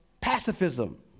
pacifism